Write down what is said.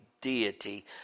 deity